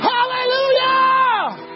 Hallelujah